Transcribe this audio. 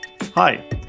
Hi